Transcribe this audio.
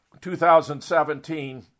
2017